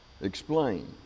Explain